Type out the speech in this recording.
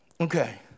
Okay